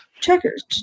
checkers